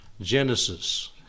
genesis